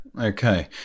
okay